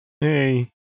hey